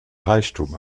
reichtum